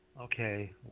Okay